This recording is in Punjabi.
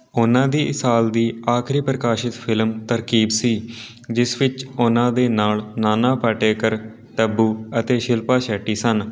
ਉਹਨਾਂ ਦੀ ਇਹ ਸਾਲ ਦੀ ਆਖਰੀ ਪ੍ਰਕਾਸ਼ਿਤ ਫਿਲਮ ਤਰਕੀਬ ਸੀ ਜਿਸ ਵਿੱਚ ਉਹਨਾਂ ਦੇ ਨਾਲ ਨਾਨਾ ਪਾਟੇਕਰ ਤੱਬੂ ਅਤੇ ਸ਼ਿਲਪਾ ਸ਼ੈੱਟੀ ਸਨ